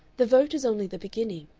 the vote is only the beginning,